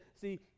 see